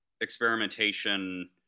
experimentation